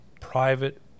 private